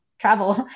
travel